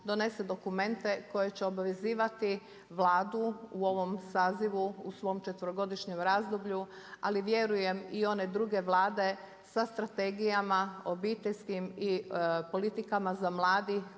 donese dokumente koji će obvezivati Vladu u ovom sazivu u svom četverogodišnjem razdoblju ali vjerujem i one druge vlade sa strategijama obiteljskim i politikama za mlade